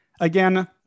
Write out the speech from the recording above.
Again